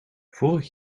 vorig